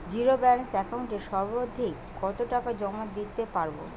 Zero balance একাউন্টে সর্বাধিক কত টাকা জমা দিতে পারব?